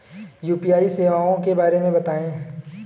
UPI सेवाओं के बारे में बताएँ?